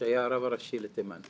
שהיה הרב הראשי לתימן.